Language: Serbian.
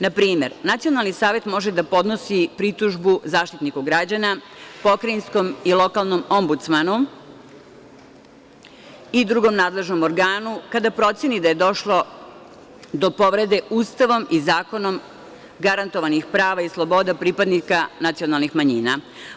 Na primer, nacionalni savet može da podnosi pritužbu Zaštitniku građana, pokrajinskom i lokalnom ombudsmanu i drugom nadležnom organu kada proceni da je došlo do povrede Ustavom i zakonom garantovanih prava i sloboda pripadnika nacionalnih manjina.